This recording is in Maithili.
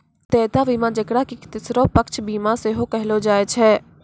देयता बीमा जेकरा कि तेसरो पक्ष बीमा सेहो कहलो जाय छै